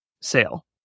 sale